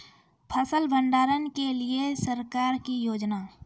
फसल भंडारण के लिए सरकार की योजना?